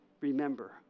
remember